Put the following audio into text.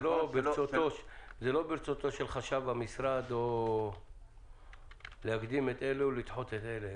זה לא ברצותו של חשב המשרד להקדים את אלו או לדחות את אלה.